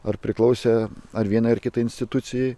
ar priklausė ar vienai ar kitai institucijai